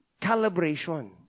Calibration